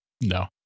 No